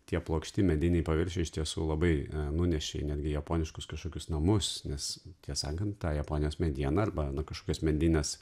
tie plokšti mediniai paviršiai iš tiesų labai nunešė netgi į japoniškus kažkokius namus nes tiesą sakant ta japonijos mediena arba kažkokias medines